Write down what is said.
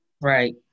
right